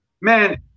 man